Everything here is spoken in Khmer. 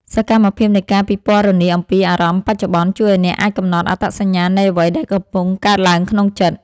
សកម្មភាពនៃការពិពណ៌នាអំពីអារម្មណ៍បច្ចុប្បន្ន ជួយឱ្យអ្នកអាចកំណត់អត្តសញ្ញាណនៃអ្វីដែលកំពុងកើតឡើងក្នុងចិត្ត។